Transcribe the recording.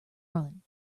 run